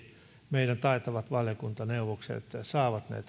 meidän taitavat valiokuntaneuvokset saavat